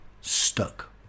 stuck